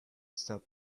stop